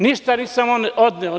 Ništa nisam odneo.